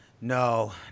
No